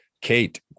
Kate